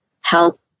help